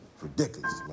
ridiculous